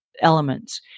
elements